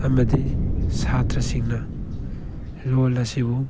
ꯑꯃꯗꯤ ꯁꯥꯇ꯭ꯔꯁꯤꯡꯅ ꯂꯣꯟ ꯑꯁꯤꯕꯨ